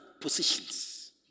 positions